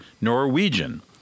Norwegian